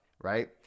right